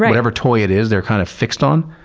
whatever toy it is they're kind of fixed on,